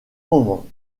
moment